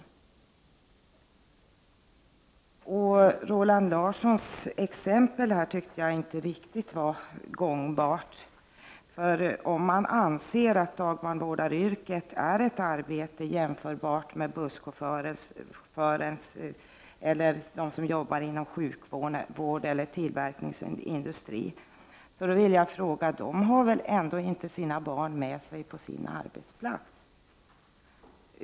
Jag tyckte inte att Roland Larssons exempel var riktigt gångbara. Om man anser att dagbarnvårdaryrket är ett yrke jämförbart med busschaufförens eller med de yrken som förekommer inom sjukvården eller tillverkningsindustrin vill jag fråga: Där har man väl ändå inte med sina barn på sin arbetsplats?